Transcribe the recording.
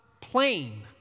Plain